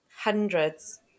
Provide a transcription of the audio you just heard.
hundreds